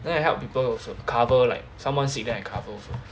then I help people also cover like someone sick then I cover also